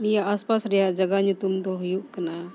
ᱱᱤᱭᱟᱹ ᱟᱥᱯᱟᱥ ᱨᱮᱭᱟᱜ ᱡᱟᱭᱜᱟ ᱧᱩᱛᱩᱢ ᱫᱚ ᱦᱩᱭᱩᱜ ᱠᱟᱱᱟ